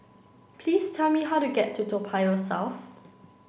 please tell me how to get to Toa Payoh South